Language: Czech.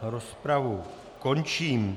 Rozpravu končím.